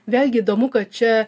vėlgi įdomu kad čia